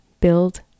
build